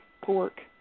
pork